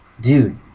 dude